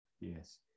Yes